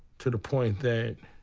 to the point that.